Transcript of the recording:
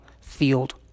field